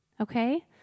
okay